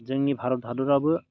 जोंनि भारत हादराबो